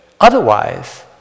Otherwise